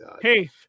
hey